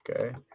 Okay